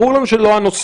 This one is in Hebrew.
ברור לנו שזה לא הנושא,